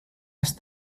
asked